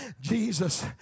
Jesus